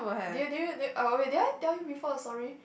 did you did you uh wait did I tell you before sorry